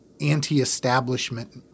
anti-establishment